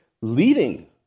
leading